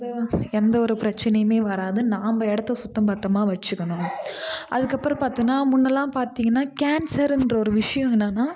எந்த எந்த ஒரு பிரச்சனையுமே வராது நம்ப இடத்த சுத்தம் பத்தமாக வச்சுக்கணும் அதுக்கு அப்புறம் பார்த்தோன்னா முன்னெல்லாம் பார்த்திங்கன்னா கேன்சருன்ற ஒரு விஷயம் என்னன்னா